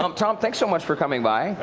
um tom, thanks so much for coming by.